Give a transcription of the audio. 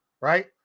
right